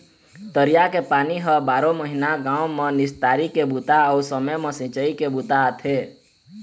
तरिया के पानी ह बारो महिना गाँव म निस्तारी के बूता अउ समे म सिंचई के बूता आथे